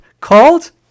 called